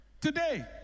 today